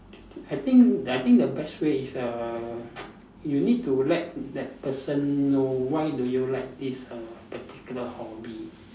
I think I think the best way is a err you need to let the person know why do you like this err particular hobby